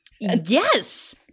Yes